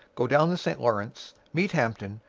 go down the st lawrence, meet hampton,